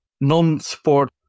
non-sport